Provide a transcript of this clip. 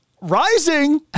rising